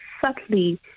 subtly